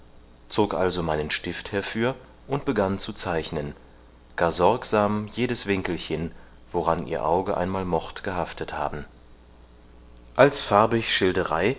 zog also meinen stift herfür und begann zu zeichnen gar sorgsam jedes winkelchen woran ihr auge einmal mocht gehaftet haben als farbig schilderei